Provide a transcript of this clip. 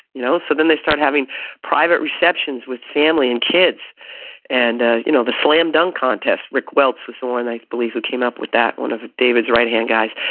you know? so then they start having private receptions with family and kids and, ah you know, the slam dunk contest. rick welts, this all. and i believe who came up with that? one of david's right hand guys.